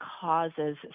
causes